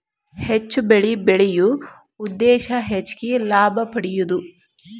ಹೆಚ್ಚು ಬೆಳಿ ಬೆಳಿಯು ಉದ್ದೇಶಾ ಹೆಚಗಿ ಲಾಭಾ ಪಡಿಯುದು